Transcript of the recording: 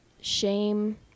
shame